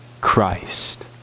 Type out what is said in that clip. Christ